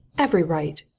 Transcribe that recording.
every right!